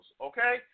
Okay